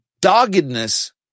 doggedness